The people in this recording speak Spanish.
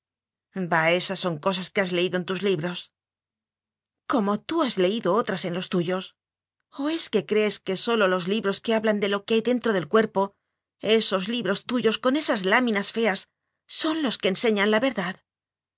esas son cosas que has leído en tus libros como tú has leído otras en los tuyos o es que crees que sólo los libros que hablan de lo que hay dentro del cuerpo esos libros tu yos con esas láminas feas son los que ense ñan la verdad